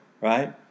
right